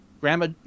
Grandma